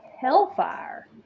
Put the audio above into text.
hellfire